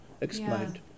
explained